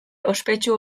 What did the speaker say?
ospetsu